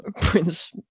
Prince